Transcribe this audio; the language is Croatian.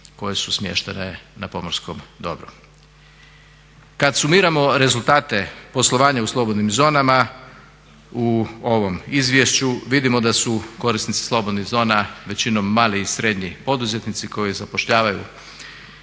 koje su smještene na pomorskom dobru. Kada sumiramo rezultate poslovanja u slobodnim zonama u ovom izvješću vidimo da su korisnici slobodnih zona većinom mali i srednji poduzetnici koji zapošljavaju